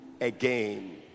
again